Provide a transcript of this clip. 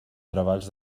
treballs